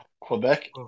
Quebec